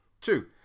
Two